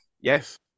yes